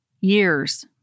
years